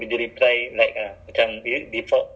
but default ah but if you ask like questions like um